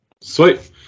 Sweet